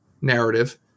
narrative